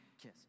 kiss